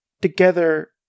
together